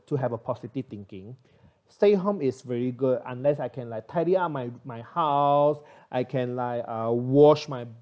to have a positive thinking stay home is very good unless I can like tidy out my my house I can like uh wash my